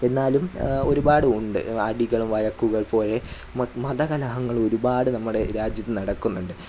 എന്നാലും ഒരുപാട് ഉണ്ട് അടികളും വഴക്കുകൾ പോലെ മ മതകലഹങ്ങൾ ഒരുപാട് നമ്മുടെ രാജ്യത്ത് നടക്കുന്നുണ്ട്